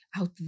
out